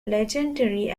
legendary